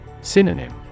Synonym